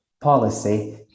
policy